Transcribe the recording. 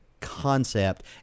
concept